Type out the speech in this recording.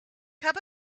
cup